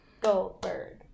Goldberg